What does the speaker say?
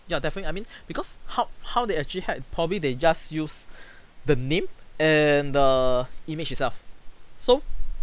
yeah definitely I mean because how how they actually hide probably they just use the name and the image itself so